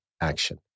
action